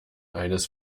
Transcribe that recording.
eines